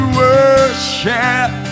worship